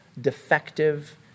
defective